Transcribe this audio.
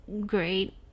great